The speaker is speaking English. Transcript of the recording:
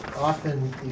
often